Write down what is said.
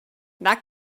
that